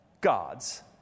God's